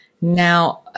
now